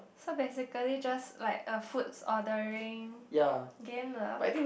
so basically just like a foods ordering game lah